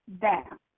down